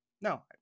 No